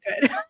good